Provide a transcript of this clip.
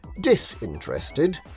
disinterested